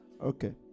Okay